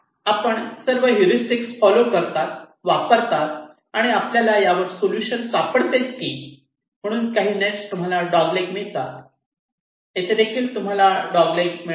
तर आपण सर्व हेरिस्टिक्स फॉल्लो करतात वापरता आणि आपल्याला यावर सोल्युशन सापडतो की म्हणूनच काही नेट्स तुम्हाला डॉग लेग मिळतात येथे देखील तुम्हाला डॉग लेग मिळेल